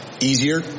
easier